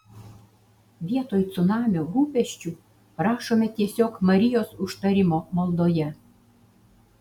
vietoj cunamio rūpesčių prašome tiesiog marijos užtarimo maldoje